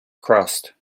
crust